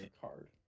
card